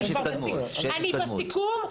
אני בסיכום.